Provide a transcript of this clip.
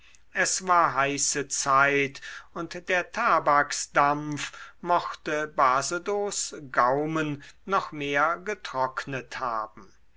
es war heiße zeit und der tabaksdampf mochte basedows gaumen noch mehr getrocknet haben